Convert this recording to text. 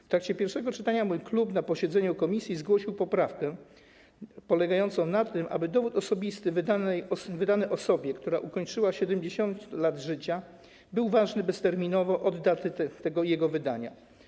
W trakcie pierwszego czytania mój klub na posiedzeniu komisji zgłosił poprawkę polegającą na tym, aby dowód osobisty wydany osobie, która ukończyła 70 lat życia, był ważny bezterminowo od daty jego wydania.